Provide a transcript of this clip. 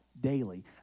daily